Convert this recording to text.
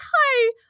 Hi